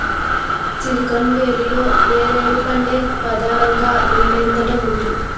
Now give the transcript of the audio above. silicon వేలీలో నేరేడు పంటే పదానంగా ఉండేదట ముందు